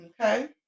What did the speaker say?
Okay